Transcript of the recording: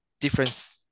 difference